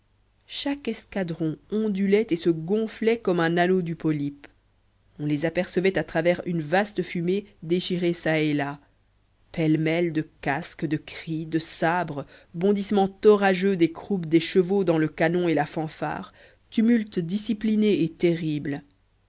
chaque escadron ondulait et se gonflait comme un anneau du polype on les apercevait à travers une vaste fumée déchirée çà et là pêle-mêle de casques de cris de sabres bondissement orageux des croupes des chevaux dans le canon et la fanfare tumulte discipliné et terrible